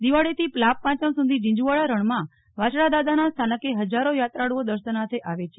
દિવાળીથી લાભપાંચમ સુધી જીંજુવાડા રણમાં વાછડાદાદાના સ્થાનકે હજારો યાત્રાળુઓ દર્શનાર્થે આવે છે